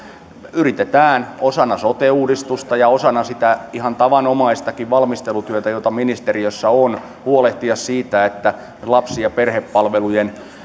yritetään osana sote uudistusta ja osana sitä ihan tavanomaistakin valmistelutyötä jota ministeriössä on huolehtia siitä että lapsi ja perhepalvelujen